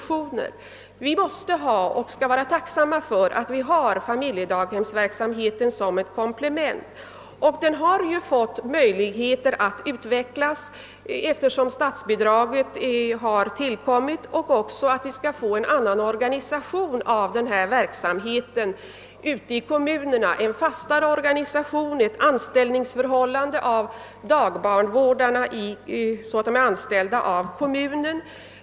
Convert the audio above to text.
Vi. måste ha familjedaghemsverksamheten som ett komplement och bör också vara tacksamma för att den . möjligheten finns. Genom statsbidragets tillkomst har ju denna verksamhet kunnat utvecklas, och ute i kommunerna : skall också genomföras en annan organisation, som är fastare och som innebär ett anställningsförhållande för barndagvårdarna, så att de är anställda av kommunen.